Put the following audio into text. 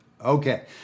Okay